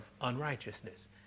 unrighteousness